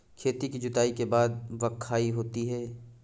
खेती की जुताई के बाद बख्राई होती हैं?